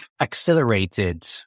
accelerated